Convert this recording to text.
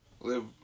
live